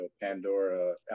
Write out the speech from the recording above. Pandora